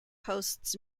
hosts